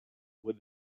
with